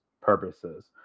purposes